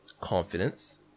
confidence